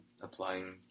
applying